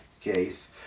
case